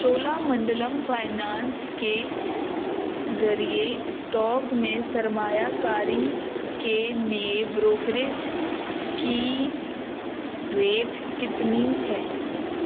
Chola Mandalam finance کے ذریعے stock میں سرمایہ کاری کے لیے بروکریج کی ریٹ کتنی ہے